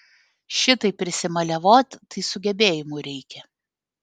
šitaip prisimaliavot tai sugebėjimų reikia